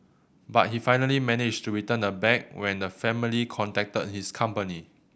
but he finally managed to return the bag when the family contacted his company